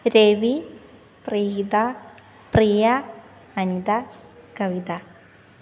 Ravi Preetha Priya Anitha Kavitha